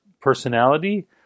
personality